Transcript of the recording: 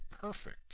perfect